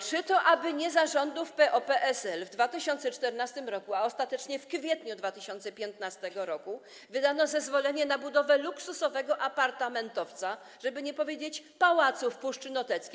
Czy to aby nie za rządów PO-PSL w 2014 r., a ostatecznie w kwietniu 2015 r. wydano zezwolenie na budowę luksusowego apartamentowca, żeby nie powiedzieć: pałacu w Puszczy Noteckiej?